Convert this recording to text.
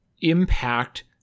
impact